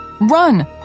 Run